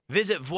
Visit